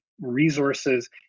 resources